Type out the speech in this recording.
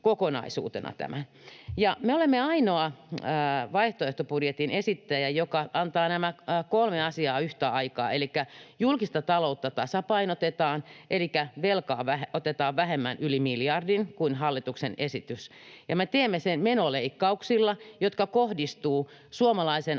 Me olemme ainoa vaihtoehtobudjetin esittäjä, joka antaa nämä kolme asiaa yhtä aikaa. Elikkä julkista taloutta tasapainotetaan, eli velkaa otetaan yli miljardi vähemmän kuin hallituksen esityksessä, ja me teemme sen menoleikkauksilla, jotka kohdistuvat suomalaisen arjen